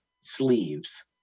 sleeves